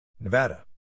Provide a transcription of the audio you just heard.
Nevada